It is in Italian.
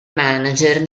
manager